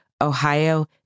Ohio